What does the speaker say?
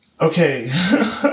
Okay